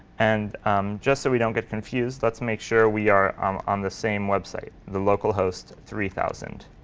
and just so we don't get confused, let's make sure we are um on the same website, the local host three thousand.